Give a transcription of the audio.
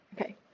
okay